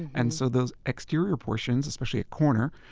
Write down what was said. and so those exterior portions, especially at corner,